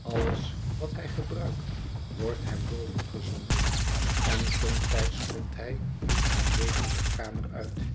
alles wat hij gebruikt wordt hem boven gezonden en somtijds komt hij in geen weken zijn kamer uit